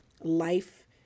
life